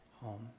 home